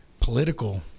political